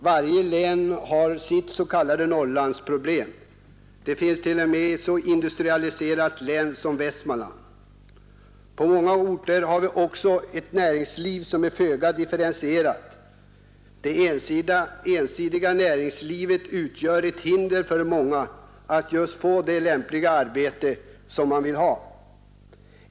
Varje län har sitt s.k. Norrlandsproblem — problemet finns även i så industrialiserade län som Västmanland. På många orter har vi också ett näringsliv som är föga differentierat. Det ensidiga näringslivet utgör ett hinder för många att få det lämpliga arbete man vill ha.